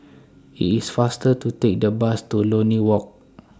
IT IS faster to Take The Bus to Lornie Walk